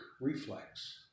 reflex